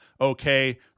okay